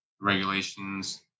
regulations